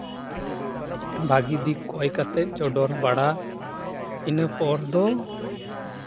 ᱵᱷᱟᱜᱮ ᱫᱤᱠ ᱠᱚᱭ ᱠᱟᱛᱮᱫ ᱪᱚᱰᱚᱨ ᱵᱟᱲᱟ ᱤᱱᱟᱹ ᱯᱚᱨ ᱫᱚ